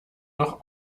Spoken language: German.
noch